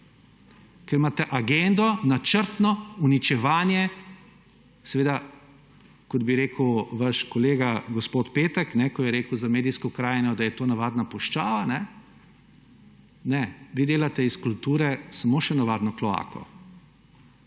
Ker imate agendo načrtno uničevanje seveda, kot bi rekel vaš kolega gospod Petek, ko je rekel za medijsko krajino, da je to navadna puščava – ne, vi delati iz kulture samo še navadno kloako.